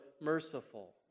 merciful